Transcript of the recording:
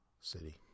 city